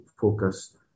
focus